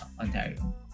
ontario